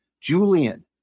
Julian